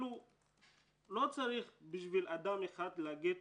לא צריך בשביל אדם אחד להגיד